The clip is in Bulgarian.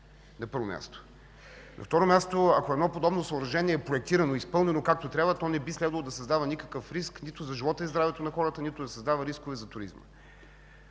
сметища. На второ място, ако подобно съоръжение е проектирано и изпълнено, както трябва, то не би трябвало да създава никакъв риск нито за живота и здравето на хората, нито да създава рискове за туризма.